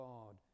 God